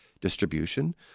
distribution